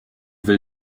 will